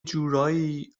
جورایی